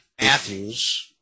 Matthews